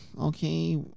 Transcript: okay